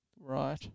right